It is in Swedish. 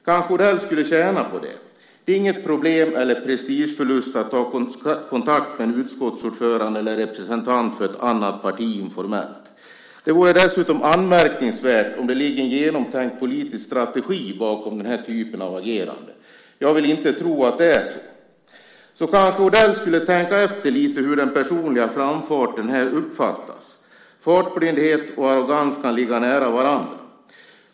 Kanske skulle Odell tjäna på det. Det är inget problem eller någon prestigeförlust att informellt ta kontakt med en utskottsordförande eller en representant för ett annat parti. Det vore dessutom anmärkningsvärt om det skulle ligga en genomtänkt politisk strategi bakom den här typen av agerande. Jag vill inte tro att det är så. Kanske Odell skulle tänka efter lite hur hans personliga framfart uppfattas. Fartblindhet och arrogans kan ligga nära varandra.